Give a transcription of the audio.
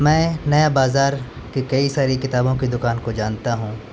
میں نیا بازار کی کئی ساری کتابوں کی دکان کو جانتا ہوں